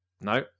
No